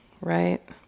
right